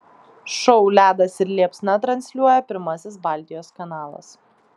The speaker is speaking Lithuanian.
šou ledas ir liepsna transliuoja pirmasis baltijos kanalas